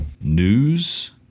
news